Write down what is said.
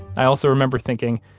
i also remember thinking,